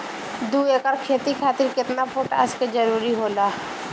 दु एकड़ खेती खातिर केतना पोटाश के जरूरी होला?